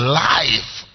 life